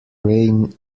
reign